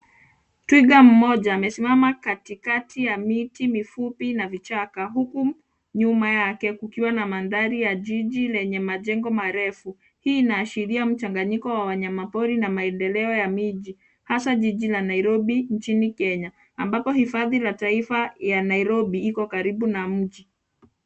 Twiga mmoja amesimama katikati ya miti mifupi na vichaka huku nyuma yake kukiwa na mandhari ya jiji lenye majengo marefu. Hii inaashiria mhanganyiko wa wanyama pori na maendeleo ya miji hasa jiji la Nairobi nchini Kenya ambapo hifadhi la taifa ya Nairobi iko karibu na mji.